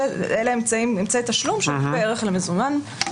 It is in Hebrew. אלה אמצעי תשלום שהם שווי ערך למזומן,